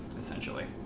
essentially